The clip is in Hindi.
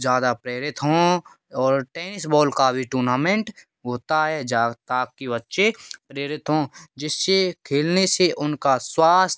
ज़्यादा प्रेरित हों और टेनिस बॉल का भी टूर्नामेंट होता है जा ताकि बच्चे प्रेरित हों जिससे खेलने से उनका स्वास्थय